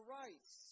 rights